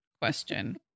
question